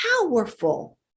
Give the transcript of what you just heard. powerful